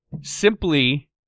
Simply